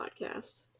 podcast